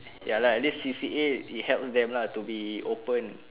ya lah this C_C_A it helps them lah to be open